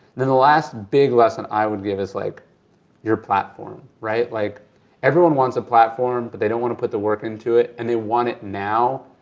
then the last big lesson i would give is like your platform. like everyone wants a platform but they don't want to put the work into it and they want it now,